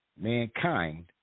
mankind